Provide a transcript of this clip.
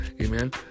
Amen